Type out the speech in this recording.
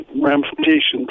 ramifications